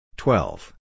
Twelve